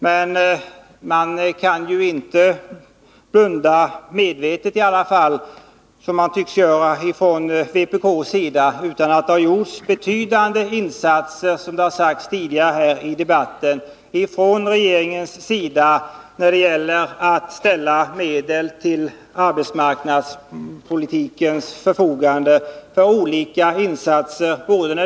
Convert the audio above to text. Men vi kan ju inte blunda —i varje fall inte medvetet, som man tycks göra från vpk:s sida — för att, som tidigare sagts här i debatten, regeringen har gjort betydande insatser när det gäller att ställa medel till arbetsmarknadspolitikens förfogande för olika åtgärder.